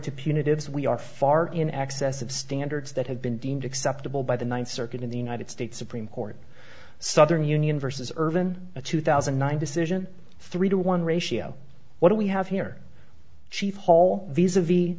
as we are far in excess of standards that have been deemed acceptable by the ninth circuit in the united states supreme court southern union versus urban a two thousand and nine decision three to one ratio what do we have here chief hall visa v